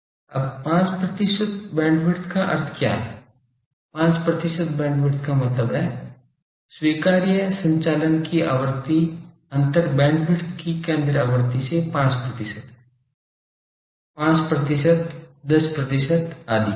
अब 5 प्रतिशत बैंडविड्थ का अर्थ क्या है 5 प्रतिशत बैंडविड्थ का मतलब है स्वीकार्य संचालन की आवृत्ति अंतर बैंडविड्थ की केंद्र आवृत्ति से 5 प्रतिशत है 5 प्रतिशत 10 प्रतिशत आदि